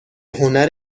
هنر